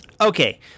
Okay